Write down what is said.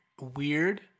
weird